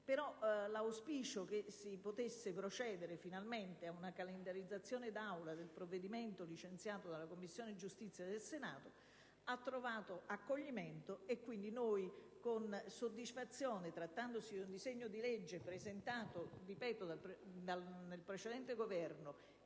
atto. L'auspicio che si potesse procedere finalmente a una calendarizzazione in Assemblea del provvedimento licenziato dalla Commissione giustizia del Senato ha però trovato accoglimento e quindi noi, con grande soddisfazione - trattandosi di un disegno di legge presentato dal precedente Governo,